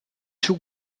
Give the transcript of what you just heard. too